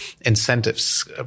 incentives